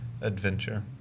adventure